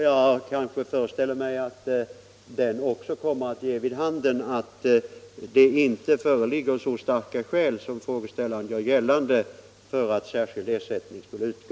Jag kan föreställa mig att det beskedet också kommer att ge vid handen att det inte föreligger så starka skäl som frågeställaren gör gällande för att särskild ersättning skall utgå.